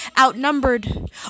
Outnumbered